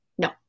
No